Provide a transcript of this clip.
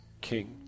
King